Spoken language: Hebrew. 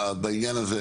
בעניין הזה,